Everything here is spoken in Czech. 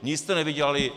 Nic jste nevydělali.